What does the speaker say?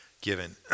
given